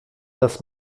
dass